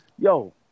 yo